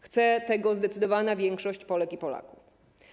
Chce tego zdecydowana większość Polek i Polaków.